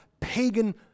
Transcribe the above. pagan